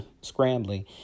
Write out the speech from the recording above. scrambling